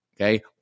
okay